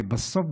ובסוף,